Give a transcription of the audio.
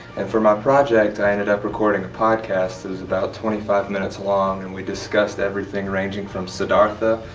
and for my project, i ended up recording a podcast it was about twenty five minutes long and we discussed everything ranging from siddhartha,